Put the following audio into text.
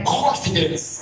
confidence